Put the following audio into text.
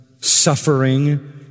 suffering